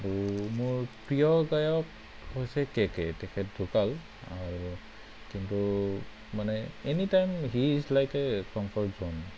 আৰু মোৰ প্ৰিয় গায়ক হৈছে কে কে তেখেত ঢুকাল আৰু কিন্তু মানে any time he is like a comfort John